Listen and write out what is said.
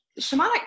shamanic